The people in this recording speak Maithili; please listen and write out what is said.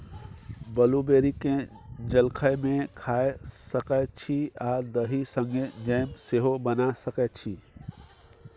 ब्लूबेरी केँ जलखै मे खाए सकै छी आ दही संगै जैम सेहो बना सकै छी